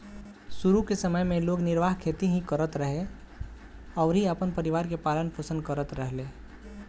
शुरू के समय में लोग निर्वाह खेती ही करत रहे अउरी अपना परिवार के पालन पोषण करत रहले